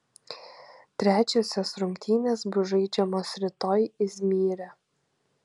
trečiosios rungtynės bus žaidžiamos rytoj izmyre